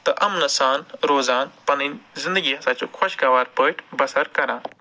تہٕ اَمنہٕ سان روزان پَنٕنۍ زندگی ہسا چھِ خۄشگَوار پٲٹھۍ بَسَر کران